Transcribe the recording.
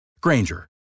Granger